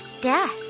Death